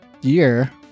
year